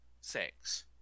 sex